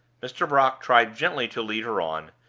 mr. brock tried gently to lead her on.